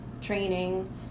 training